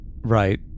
Right